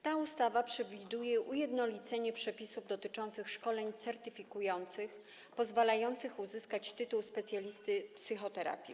Ta ustawa przewiduje ujednolicenie przepisów dotyczących szkoleń certyfikacyjnych pozwalających uzyskać tytuł specjalisty psychoterapii.